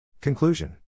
Conclusion